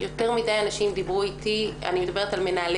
יותר מדי אנשים דיברו איתי אני מדברת על מנהלי